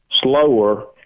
slower